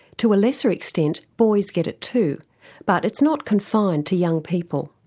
to a lesser extent boys get it too but it's not confined to young people.